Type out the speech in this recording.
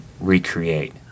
recreate